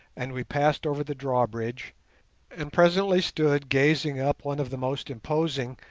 and we passed over the drawbridge and presently stood gazing up one of the most imposing,